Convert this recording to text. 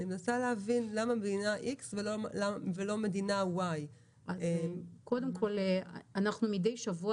אני מנסה להבין למה מדינה X ולא מדינה Y. קודם כל אנחנו מדי שבוע